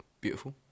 beautiful